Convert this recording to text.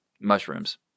mushrooms